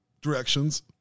directions